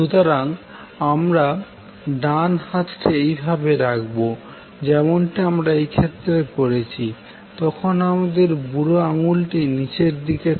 সুতরাং আমরা ডান হাতটি একইভাবে রাখবো যেমনটি আমরা এই ক্ষেত্রে করেছি তখন আমাদের বুড়ো আংগুল টি নীচের দিকে থাকবে